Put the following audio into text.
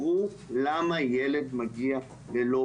למה הוא מגיע ללא